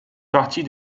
partie